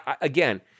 again